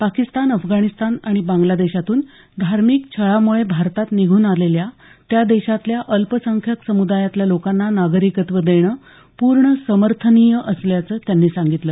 पाकिस्तान अफगाणिस्तान आणि बांगला देशातून धार्मिक छळामूळे भारतात निघून आलेल्या त्या देशातल्या अल्पसंख्याक समुदायातल्या लोकांना नागरिकत्व देणं पूर्ण समर्थनीय असल्याचं त्यांनी सांगितलं